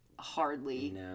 Hardly